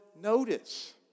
notice